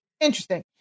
interesting